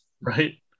Right